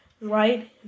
right